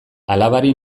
alabari